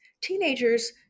teenagers